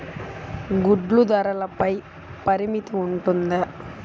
గుడ్లు ధరల పై పరిమితి ఉంటుందా?